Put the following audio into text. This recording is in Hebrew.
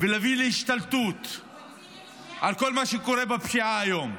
ולהביא להשתלטות על כל מה שקורה בפשיעה היום,